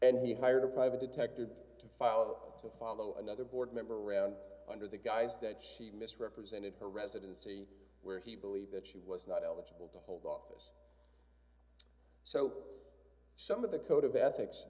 and he hired a private detective to follow up to follow another board member around under the guise that she misrepresented her residency where he believed that she was not eligible to hold office so some of the code of ethics